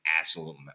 absolute